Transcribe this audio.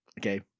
Okay